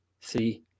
three